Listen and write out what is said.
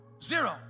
Zero